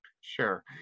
Sure